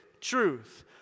truth